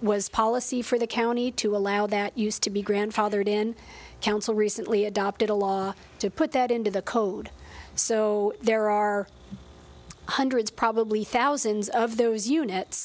was policy for the county to allow that used to be grandfathered in council recently adopted a law to put that into the code so there are hundreds probably thousands of those units